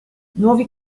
nuovi